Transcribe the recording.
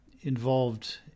involved